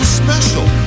special